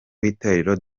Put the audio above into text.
w’itorero